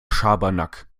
schabernack